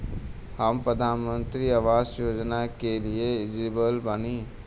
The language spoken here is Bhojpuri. हम प्रधानमंत्री आवास योजना के लिए एलिजिबल बनी?